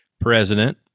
president